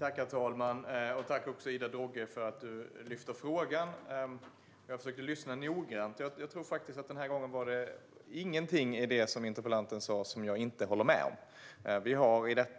Herr talman! Tack för att du tar upp frågan, Ida Drougge! Jag försökte lyssna noggrant, och den här gången tror jag faktiskt inte att det var någonting i det interpellanten sa som jag inte håller med om. Jag tror att